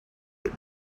get